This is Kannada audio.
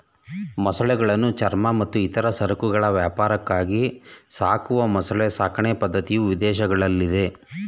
ಮೊಸಳೆಗಳನ್ನು ಚರ್ಮ ಮತ್ತು ಇತರ ಸರಕುಗಳ ವ್ಯಾಪಾರಕ್ಕಾಗಿ ಸಾಕುವ ಮೊಸಳೆ ಸಾಕಣೆ ಪದ್ಧತಿಯು ವಿದೇಶಗಳಲ್ಲಿದೆ